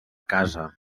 casa